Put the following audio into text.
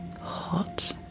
hot